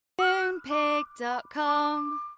Moonpig.com